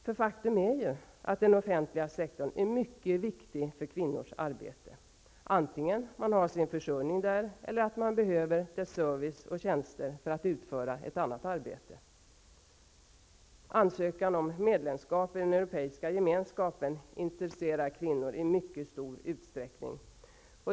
Ett faktum är att den offentliga sektorn är mycket viktig för kvinnors arbete, vare sig man har sin försörjning där eller behöver dess service och tjänster för att utföra ett annat arbete. Ansökan om medlemskap i den Europeiska gemenskapen intresserar kvinnor i mycket stor utsträckning.